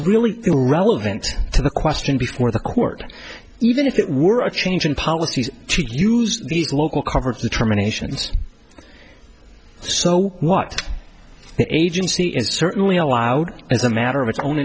really relevant to the question before the court even if it were a change in policies to use these local coverage determination so what the agency is certainly allowed as a matter of its own